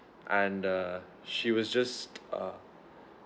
and err she was just uh